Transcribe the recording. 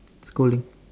schooling